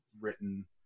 written